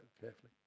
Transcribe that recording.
carefully